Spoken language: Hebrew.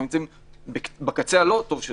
אנחנו נמצאים בקצה הלא טוב של